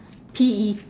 P E